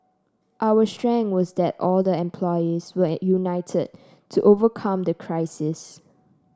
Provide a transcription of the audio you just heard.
our strength was that all the employees were united to overcome the crisis